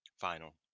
final